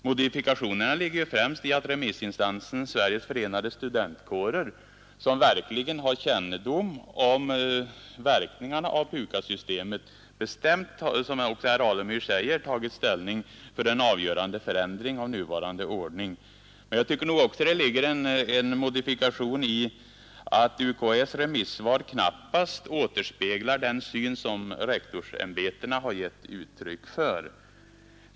Modifikationerna ligger främst i att remissinstansen Sveriges förenade studentkårer, som verkligen har kännedom om verkningarna av PUKAS-systemet, bestämt tagit ställning — vilket också herr Alemyr säger — för en avgörande förändring av nuvarande ordning. Jag tycker också att det ligger en modifikation i att UKÄ:s remissvar knappast återspeglar den syn som rektorsämbetena har gett uttryck för.